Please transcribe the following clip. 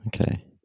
Okay